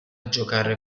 giocare